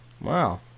Wow